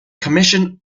commissioned